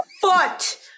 foot